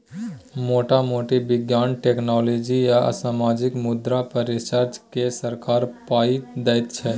मोटा मोटी बिज्ञान, टेक्नोलॉजी आ सामाजिक मुद्दा पर रिसर्च केँ सरकार पाइ दैत छै